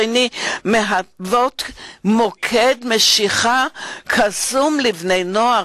שני מהוות מוקד משיכה קסום לבני-נוער,